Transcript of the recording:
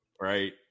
Right